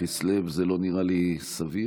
בכסלו, זה לא נראה לי סביר.